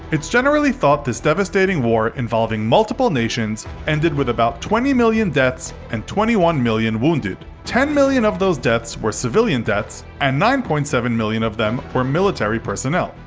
it's generally thought this devastating war involving multiple nations ended with about twenty million deaths and twenty one million wounded. ten million of those deaths were civilian deaths, and nine point seven million of them were military personnel.